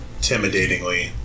intimidatingly